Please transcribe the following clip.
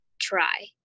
try